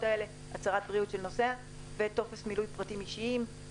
האלה: הצהרת בריאות של נוסע וטופס מילוי פרטים אישיים.